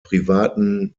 privaten